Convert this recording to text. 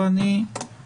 ואני מאמין שיצא טוב.